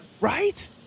Right